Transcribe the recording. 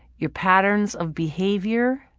your patterns of behavior.